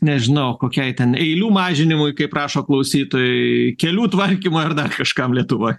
nežinau kokiai ten eilių mažinimui kaip rašo klausytojai kelių tvarkymui ar dar kažkam lietuvoj